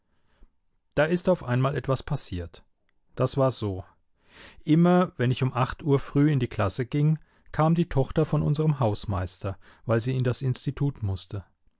da ist auf einmal etwas passiert das war so immer wenn ich um acht uhr früh in die klasse ging kam die tochter von unserem hausmeister weil sie in das institut mußte